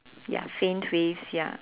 ya same face ya